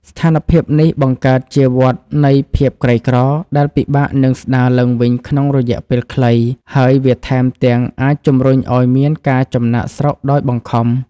ស្ថានភាពនេះបង្កើតជាវដ្តនៃភាពក្រីក្រដែលពិបាកនឹងស្តារឡើងវិញក្នុងរយៈពេលខ្លី ហើយវាថែមទាំងអាចជម្រុញឱ្យមានការចំណាកស្រុកដោយបង្ខំ។